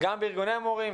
גם בארגוני המורים,